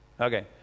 Okay